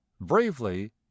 bravely